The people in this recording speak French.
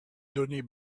données